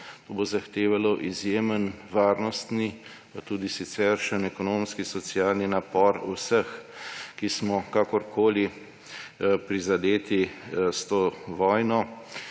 To bo zahtevalo izjemen varnostni pa tudi siceršnji ekonomski, socialni napor vseh, ki smo kakorkoli prizadeti s to vojno.